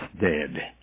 dead